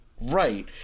Right